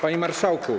Panie Marszałku!